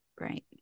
Right